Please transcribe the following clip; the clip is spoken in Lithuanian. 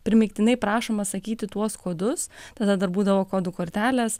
primygtinai prašoma sakyti tuos kodus tada dar būdavo kodų kortelės